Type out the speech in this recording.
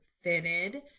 fitted